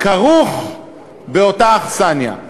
כרוך באותה אכסניה.